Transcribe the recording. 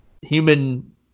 human